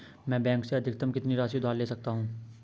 मैं बैंक से अधिकतम कितनी राशि उधार ले सकता हूँ?